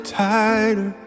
tighter